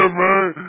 man